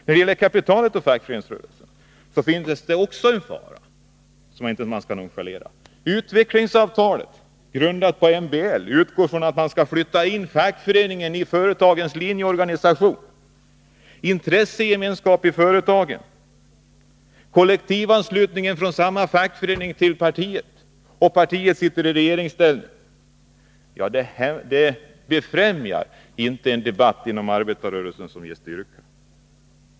När det gäller kapitalet och fackföreningsrörelsen finns det också en fara som man inte skall nonchalera. Utvecklingsavtalet, grundat på MBL, utgår från en inflyttning av fackföreningen i företagens linjeorganisation. Intressegemenskap i företagen och kollektivanslutning från samma fackförening till det parti som sitter i regeringsställning befrämjar inte en debatt inom arbetarrörelsen som ger styrka.